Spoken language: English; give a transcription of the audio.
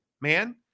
man